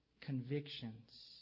Convictions